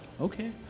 Okay